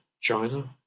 China